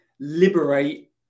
liberate